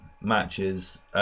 matches